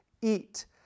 eat